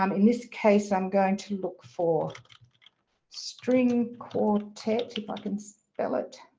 um in this case i'm going to look for string quartet, if i can spell it,